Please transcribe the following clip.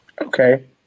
Okay